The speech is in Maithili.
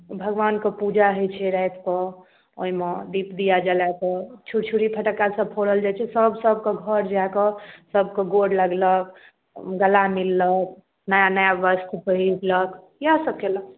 भगवानके पूजा होइ छै रातिके ओहिमे दीप दीआ जलाए कऽ छुरछुरी फटक्का सभ फोड़ल जाइ छै सभ सभके घर जा कऽ सभकेँ गोर लगलक गला मिललक नया नया वस्त्र पहिरलक इएहसभ केलक